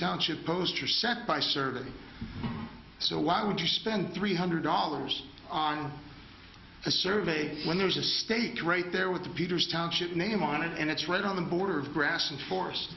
township poster sat by serving so why would you spend three hundred dollars on a survey when there's a stake right there with the peters township name on it and it's right on the border of grass and force